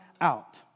out